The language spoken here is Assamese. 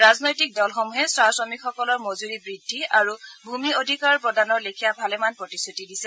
ৰাজনৈতিক দলসমূহে চাহ শ্ৰমিকসকলৰ মজুৰি বৃদ্ধি আৰু ভূমিৰ অধিকাৰ প্ৰদানৰ লেখিয়া ভালেমান প্ৰতিশ্ৰতি দিছে